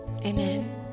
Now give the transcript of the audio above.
amen